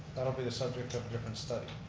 that'll be the subject of different study.